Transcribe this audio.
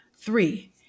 Three